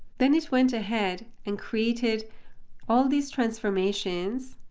then it went ahead and created all these transformations,